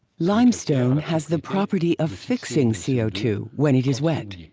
limestone has the property of fixing c o two when it is wet.